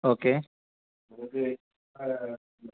okay